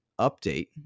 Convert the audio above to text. update